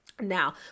Now